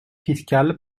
fiscale